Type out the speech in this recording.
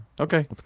Okay